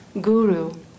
guru